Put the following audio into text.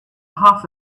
half